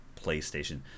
playstation